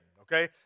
okay